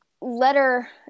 letter